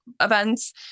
events